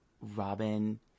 robin